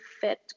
fit